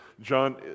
John